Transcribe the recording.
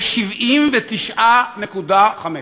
ל-79.5.